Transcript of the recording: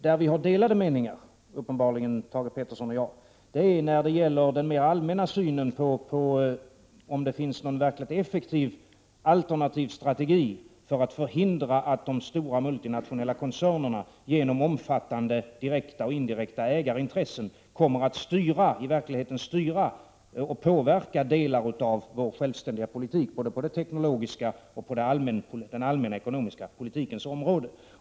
Där vi uppenbarligen har delade meningar, Thage Peterson och jag, är när det gäller den mer allmänna synen på om det finns någon verkligt effektiv alternativ strategi för att förhindra att de stora multinationella koncernerna genom omfattande direkta och indirekta ägarintressen i verkligheten kommer att styra och påverka delar av vår självständiga politik, både på det teknologiska området och på den allmänna ekonomiska politikens område.